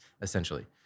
essentially